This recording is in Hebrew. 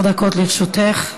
עשר דקות לרשותך.